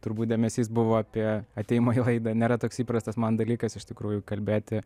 turbūt dėmesys buvo apie atėjimą į laidą nėra toks įprastas man dalykas iš tikrųjų kalbėti